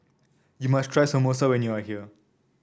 you must try Samosa when you are here